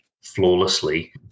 flawlessly